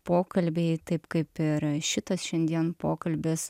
pokalbiai taip kaip ir šitas šiandien pokalbis